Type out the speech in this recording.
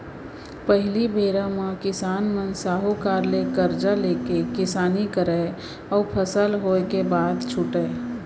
पहिली बेरा म किसान मन साहूकार ले करजा लेके किसानी करय अउ फसल होय के बाद छुटयँ